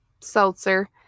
seltzer